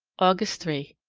august three.